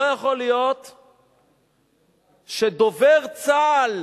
לא יכול להיות שדובר צה"ל